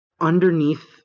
underneath